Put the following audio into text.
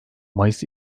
mayıs